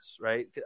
right